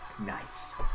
Nice